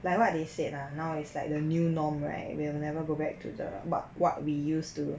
like what they said ah now is like the new norm right will never go back to the what what we used to